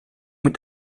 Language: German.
mit